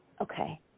Okay